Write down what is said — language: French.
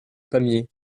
pamiers